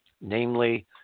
namely